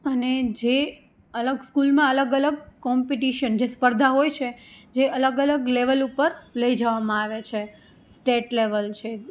અને જે અલગ સ્કૂલમાં અલગ અલગ કોમ્પિટિશન જે સ્પર્ધા હોય છે જે અલગ અલગ લેવલ ઉપર લઈ જવામાં આવે છે સ્ટેટ લેવલ છે